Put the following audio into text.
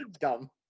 dumb